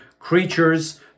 creatures